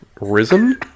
Risen